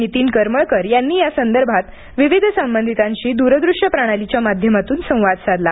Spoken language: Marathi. नितीन करमळकर यांनी या संदर्भात विविध संबंधितांशी दूरदृष्य प्रणालीच्या माध्यमातून संवाद साधला